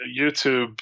YouTube